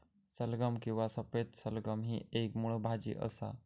सलगम किंवा सफेद सलगम ही एक मुळ भाजी असा